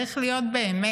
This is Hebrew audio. צריך להיות באמת,